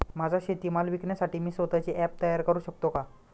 माझा शेतीमाल विकण्यासाठी मी स्वत:चे ॲप तयार करु शकतो का?